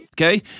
okay